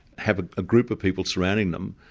have a group of people surrounding them,